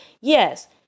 yes